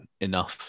enough